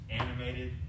animated